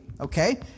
okay